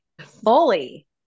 fully